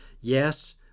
Yes